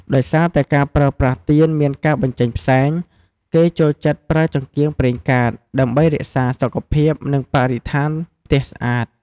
ដោយសារតែការប្រើប្រាស់ទៀនមានការបញ្ចេញផ្សែង គេចូលចិត្តប្រើចង្កៀងប្រេងកាត ដើម្បីរក្សាសុខភាព និងបរិស្ថានផ្ទះស្អាត។